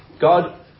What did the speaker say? God